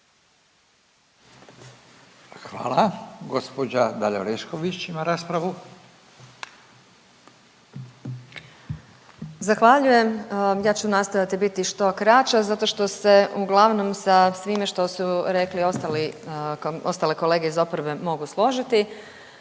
Dalija (Stranka s imenom i prezimenom)** Zahvaljujem. Ja ću nastojati biti što kraća zato što se uglavnom sa svime što su rekli ostale kolege iz oporbe mogu složiti,